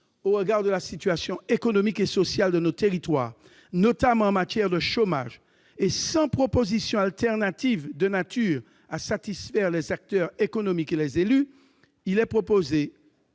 Au regard de la situation économique et sociale de nos territoires, notamment en matière de chômage, et sans proposition alternative de nature à satisfaire les acteurs économiques et les élus, il est proposé